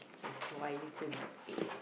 that's why you feel the pain